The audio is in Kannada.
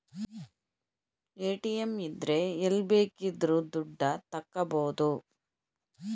ಎ.ಟಿ.ಎಂ ಇದ್ರೆ ಎಲ್ಲ್ ಬೇಕಿದ್ರು ದುಡ್ಡ ತಕ್ಕಬೋದು